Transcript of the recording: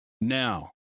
Now